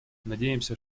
надеемся